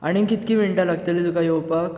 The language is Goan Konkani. आनीक कितकी मिनटां लागतली तुका येवपाक